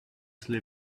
slipped